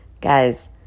Guys